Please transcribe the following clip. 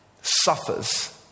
suffers